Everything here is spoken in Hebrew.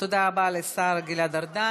תודה רבה לשר גלעד ארדן.